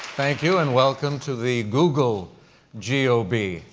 thank you and welcome to the google geo bee.